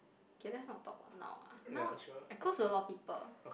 K let's not talk about now ah now cause a lot of people